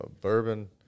bourbon